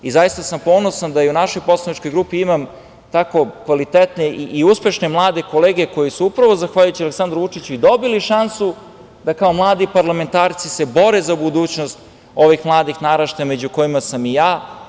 Zaista sam ponosan da i u našoj poslaničkoj grupi imam tako kvalitetne i uspešne mlade kolege koji su upravo, zahvaljujući Aleksandru Vučiću, i dobili šansu da kao mladi parlamentarci se bore za budućnost ovih mladih naraštaja, među kojima sam i ja.